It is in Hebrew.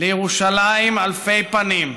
לירושלים אלפי פנים,